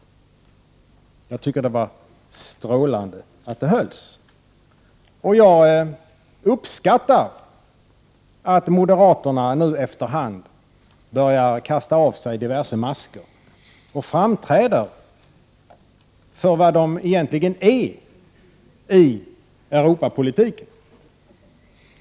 Jag tycker det var strålande att det hölls. Jag uppskattar att moderaterna nu efter hand börjar kasta av sig diverse masker och framträder som de egentligen är i Europapolitiken.